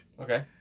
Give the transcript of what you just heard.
Okay